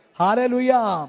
hallelujah